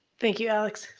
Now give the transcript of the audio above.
thank you alex.